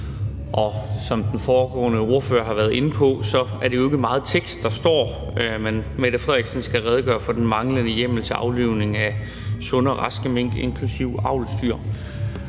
nu. Som den foregående ordfører har været inde på, er der jo ikke meget tekst, men der står, at Mette Frederiksen skal redegøre for den manglende hjemmel til aflivning af sunde og raske mink, inklusive avlsdyr.